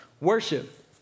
Worship